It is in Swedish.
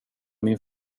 min